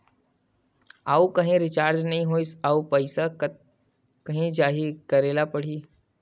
आऊ कहीं रिचार्ज नई होइस आऊ पईसा कत जहीं का करेला पढाही?